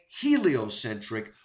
heliocentric